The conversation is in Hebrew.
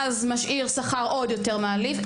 ואז משאיר שכר עוד יותר מעליב,